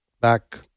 back